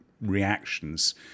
reactions